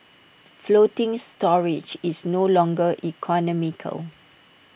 floating storage is no longer economical